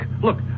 look